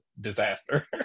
disaster